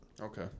Okay